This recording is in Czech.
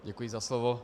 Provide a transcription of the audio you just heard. Děkuji za slovo.